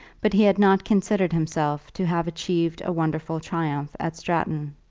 but he had not considered himself to have achieved a wonderful triumph at stratton.